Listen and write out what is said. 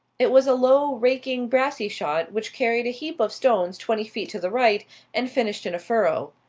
it was a low, raking brassey-shot, which carried a heap of stones twenty feet to the right and finished in a furrow.